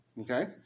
okay